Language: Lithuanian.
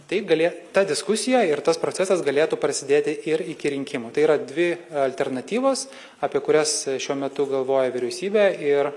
tai gali ta diskusija ir tas procesas galėtų prasidėti ir iki rinkimų tai yra dvi alternatyvos apie kurias šiuo metu galvoja vyriausybė ir